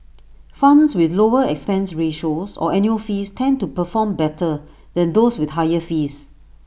funds with lower expense ratios or annual fees tend to perform better than those with higher fees